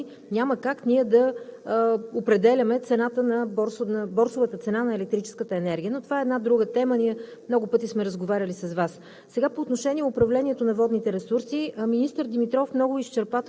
Така че това са борсови цени, те са международни. Няма как ние да определяме борсовата цена на електрическата енергия. Това е една друга тема. Ние много пъти сме разговаряли с Вас.